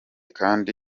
kandi